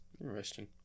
Interesting